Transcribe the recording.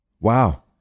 Wow